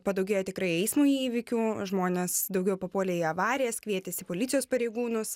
padaugėjo tikrai eismo įvykių žmonės daugiau papuolė į avarijas kvietėsi policijos pareigūnus